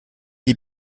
die